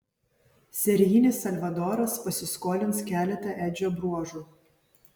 serijinis salvadoras pasiskolins keletą edžio bruožų